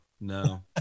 no